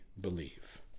believe